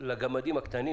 לגמדים הקטנים,